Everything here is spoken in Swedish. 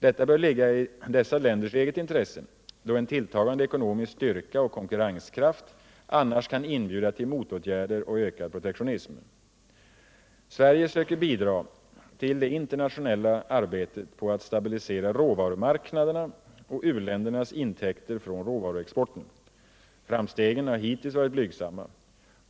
Detta bör ligga i dessa länders eget intresse, då en tilltagande ekonomisk styrka och konkurrenskraft annars kan inbjuda till motåtgärder och ökad protektionism. Sverige söker bidra till det internationella arbetet på att stabilisera råvarumarknaderna och u-ländernas intäkter från råvaruexporten. Framstegen har hittills varit blygsamma.